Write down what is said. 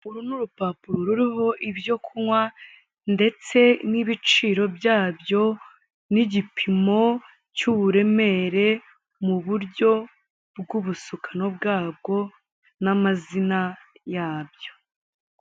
Uru ni urupapuro ruriho ibyo kunywa ndetse n'ibiciro byabyo n'igipimo cy'uburemere mu buryo bw'ubusukano bwabwo n'amazina yabyo.